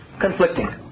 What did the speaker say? conflicting